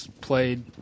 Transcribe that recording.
played